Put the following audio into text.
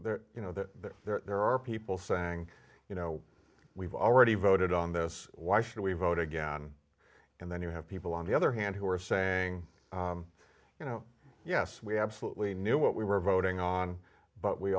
is you know there are people saying you know we've already voted on this why should we vote again and then you have people on the other hand who are saying you know yes we absolutely knew what we were voting on but we